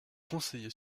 conseiller